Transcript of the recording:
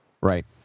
right